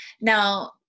Now